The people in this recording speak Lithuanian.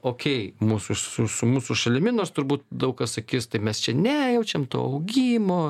okei mūsų su su mūsų šalimi nors turbūt daug kas sakys taip mes čia nejaučiam to augimo